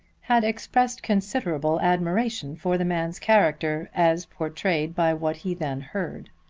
had expressed considerable admiration for the man's character as portrayed by what he then heard.